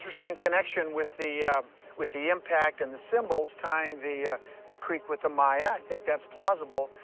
interesting connection with the with the impact and the symbols tying the the creek with the maya. i think that's plausible.